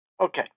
Okay